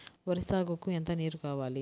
వరి సాగుకు ఎంత నీరు కావాలి?